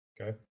Okay